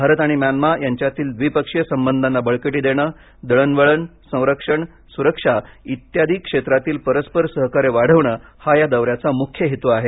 भारत आणि म्यानमा यांच्यातील द्विपक्षीय संबंधांना बळकटी देणं दळणवळण संरक्षण सुरक्षा इत्यादी क्षेत्रातील परस्पर सहकार्य वाढविणं हा या दौऱ्याचा मुख्य हेतू आहे